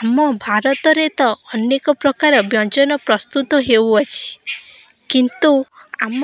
ଆମ ଭାରତରେ ତ ଅନେକ ପ୍ରକାର ବ୍ୟଞ୍ଜନ ପ୍ରସ୍ତୁତ ହେଉଅଛି କିନ୍ତୁ ଆମ